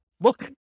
look